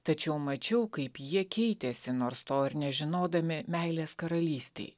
tačiau mačiau kaip jie keitėsi nors to ir nežinodami meilės karalystėj